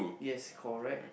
yes correct